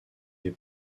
des